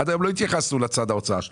עד היום לא התייחסנו לצד ההוצאה שלו.